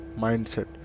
mindset